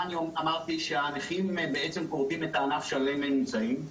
אמרתי שהנכים בעצם כורתים את הענף שעליו הם נמצאים?